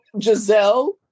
Giselle